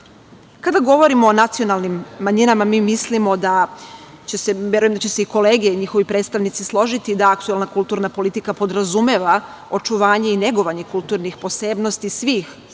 govorimo o nacionalnim manjinama mi mislimo, verujem da će se i kolege i njihovi predstavnici složiti, da aktuelna kulturna politika podrazumeva očuvanje i negovanje kulturnih posebnosti svih